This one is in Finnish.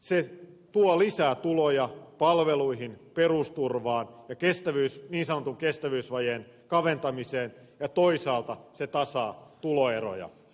se tuo lisää tuloja palveluihin perusturvaan ja niin sanotun kestävyysvajeen kaventamiseen ja toisaalta se tasaa tuloeroja